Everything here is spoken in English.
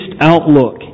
outlook